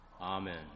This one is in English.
Amen